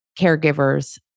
caregivers